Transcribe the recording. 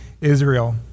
Israel